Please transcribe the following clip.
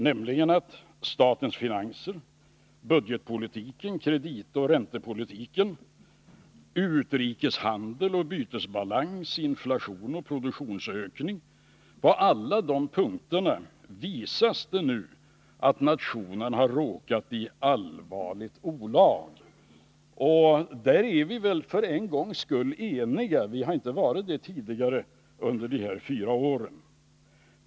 Beträffande statens finanser, budgetpolitiken, kreditoch räntepolitiken, utrikeshandel och bytesbalans, inflation och produktionsökning — på alla de punkterna visas det nu att nationen råkat i allvarligt olag. Där är vi väl för en gångs skull eniga — vi har inte varit det tidigare under de här fyra åren.